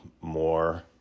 more